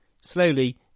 Slowly